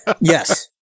yes